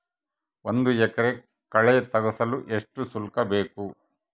ಒಂದು ಎಕರೆ ಕಳೆ ತೆಗೆಸಲು ಎಷ್ಟು ಶುಲ್ಕ ಬೇಕು?